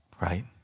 Right